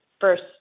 first